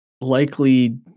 likely